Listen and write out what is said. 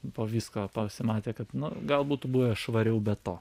po visko pasimatė kad na gal būtų buvę švariau be to